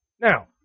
Now